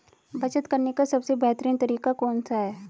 बचत करने का सबसे बेहतरीन तरीका कौन सा है?